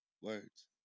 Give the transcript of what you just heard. words